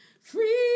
Free